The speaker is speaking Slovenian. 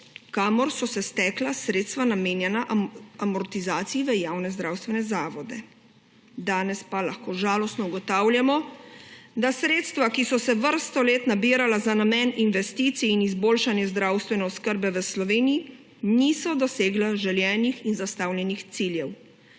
kamor so se stekala sredstva, namenjena amortizaciji v javne zdravstvene zavode. Danes pa lahko žalostno ugotavljamo, da sredstva, ki so se vrsto let nabirala za namen investicij in izboljšanje zdravstvene oskrbe v Sloveniji, niso dosegla želenih in zastavljenih ciljev.